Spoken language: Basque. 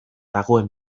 dagoen